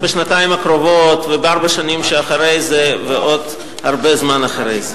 בשנתיים הקרובות ובארבע השנים שאחרי זה ועוד הרבה זמן אחרי זה.